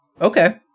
Okay